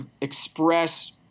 express